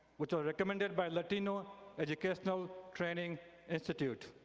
which were recommended by latino educational training institute.